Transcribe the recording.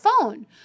phone